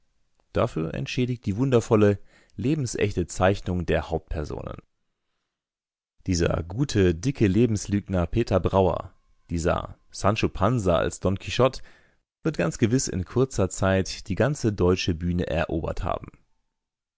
dafür entschädigt die wundervolle lebensechte zeichnung der hauptpersonen dieser gute dicke lebenslügner peter brauer dieser sancho pansa als don quichotte wird ganz gewiß in kurzer zeit die ganze deutsche bühne erobert haben